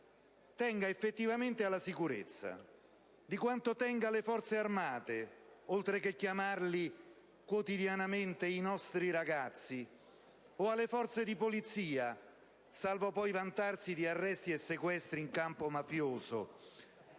tenga effettivamente alla sicurezza, di quanto tenga alle Forze armate, oltre che chiamare quotidianamente chi vi opera «i nostri ragazzi», o alle Forze di polizia, salvo poi vantarsi di arresti e sequestri in campo mafioso.